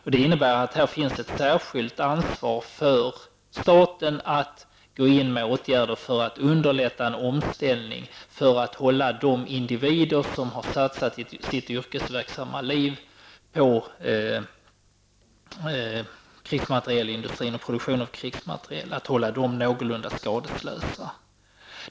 Detta innebär att det här finns ett särskilt ansvar för staten att gå in med åtgärder för att underlätta en omställning och för att hålla de individer som har satsat sitt yrkesverksamma liv på krigsmaterielindustrin och produktionen av krigsmateriel någorlunda skadeslösa.